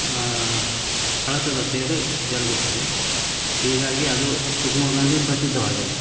ಕಳಸದ ತೇರು ಜರಗುತ್ತದೆ ಹೀಗಾಗಿ ಅದು ಕುರ್ನೂರಿನಲ್ಲಿ ಪ್ರಸಿದ್ಧವಾಗಿದೆ